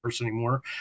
anymore